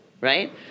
right